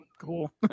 Cool